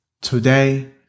Today